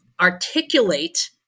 articulate